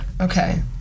okay